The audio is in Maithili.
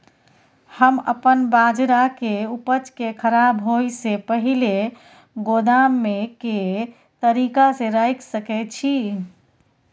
हम अपन बाजरा के उपज के खराब होय से पहिले गोदाम में के तरीका से रैख सके छी?